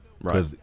Right